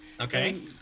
Okay